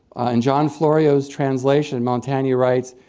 in john florio's translation, montagne writes,